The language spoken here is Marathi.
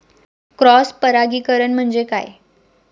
क्रॉस परागीकरण म्हणजे काय?